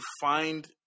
find